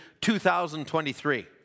2023